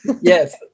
Yes